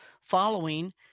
following